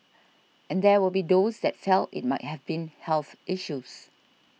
and there will be those that felt it might have been health issues